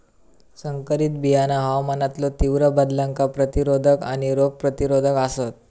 संकरित बियाणा हवामानातलो तीव्र बदलांका प्रतिरोधक आणि रोग प्रतिरोधक आसात